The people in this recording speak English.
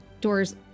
doors